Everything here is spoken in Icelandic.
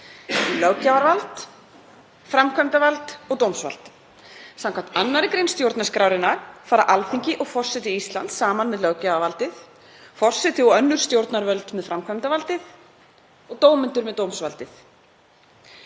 löggjafarvald, framkvæmdarvald og dómsvald. Samkvæmt 2. gr. stjórnarskrárinnar fara Alþingi og forseti Íslands saman með löggjafarvaldið, forseti og önnur stjórnvöld með framkvæmdarvaldið og dómendur með dómsvaldið.